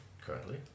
currently